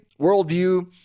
worldview